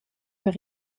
per